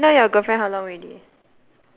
now now your girlfriend how long already